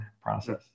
process